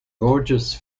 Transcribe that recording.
gorgeous